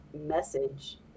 message